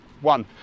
one